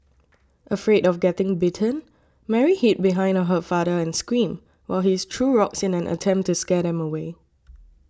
afraid of getting bitten Mary hid behind her father and screamed while he's threw rocks in an attempt to scare them away